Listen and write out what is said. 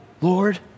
Lord